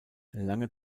lange